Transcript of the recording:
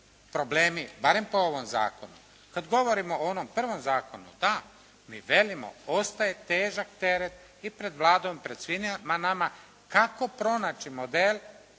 problemi, barem po ovom zakonu. Kad govorimo o onom prvom zakonu, da, mi velimo ostaje težak teret i pred Vladom, pred svima nama kako pronaći model